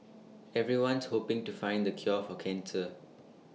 everyone's hoping to find the cure for cancer